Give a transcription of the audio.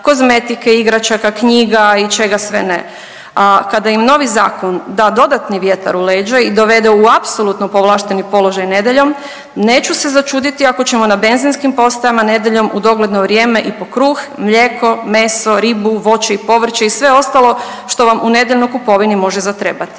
kozmetike, igračaka, knjiga i čega sve ne. A kada im novi zakon da dodatni vjetar u leđa i dovede u apsolutno povlašteni položaj nedjeljom neću se začuditi ako ćemo na benzinskim postajama nedjeljom u dogledno vrijeme i po kruh, mlijeko, meso, ribu, voće i povrće i sve ostalo što vam u nedjeljnoj kupovini može zatrebati.